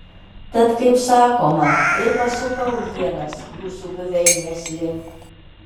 tad kaip sakoma ir pasukau ienas jūsų buveinės link